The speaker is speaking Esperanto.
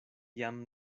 jam